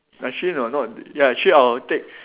actually no not ya actually I will take